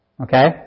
okay